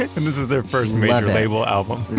and this is their first major label album?